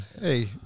Hey